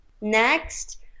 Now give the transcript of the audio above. Next